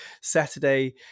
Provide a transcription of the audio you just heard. Saturday